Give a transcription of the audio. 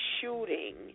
shooting